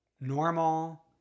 normal